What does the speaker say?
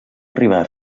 arribar